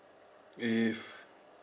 if